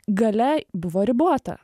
galia buvo ribota